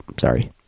Sorry